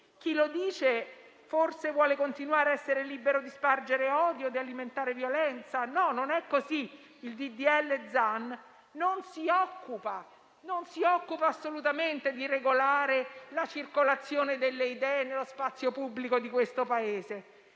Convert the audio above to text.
chi lo dice forse vuole continuare a essere libero di spargere odio e alimentare violenza. No, non è così. Il disegno di legge Zan non si occupa assolutamente di regolare la circolazione delle idee nello spazio pubblico di questo Paese;